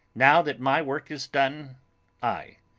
now that my work is done i,